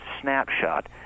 snapshot